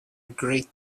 great